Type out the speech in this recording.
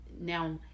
now